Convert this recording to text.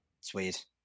Sweet